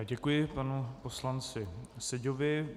Děkuji panu poslanci Seďovi.